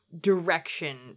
direction